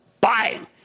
buying